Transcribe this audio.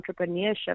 entrepreneurship